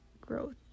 growth